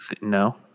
No